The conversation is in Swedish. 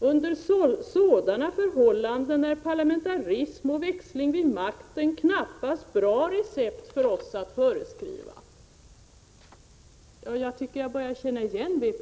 Under sådana förhållanden är parlamentarism och växling vid makten knappast bra recept för oss att föreskriva.” Jag tycker att jag börjar känna igen vpk.